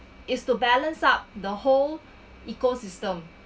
is to balance out the whole ecosystem